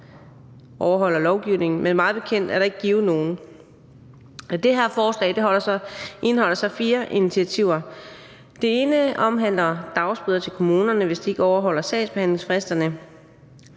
overholder lovgivningen, men mig bekendt er der ikke givet nogen. Det her forslag indeholder så fire initiativer. Det ene omhandler dagbøder til kommunerne, hvis de ikke overholder sagsbehandlingsfristerne,